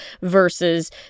versus